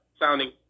sounding